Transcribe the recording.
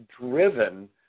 driven